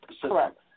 Correct